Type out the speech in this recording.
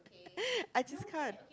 I just can't